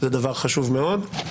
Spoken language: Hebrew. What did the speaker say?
זה דבר חשוב מאוד.